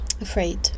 afraid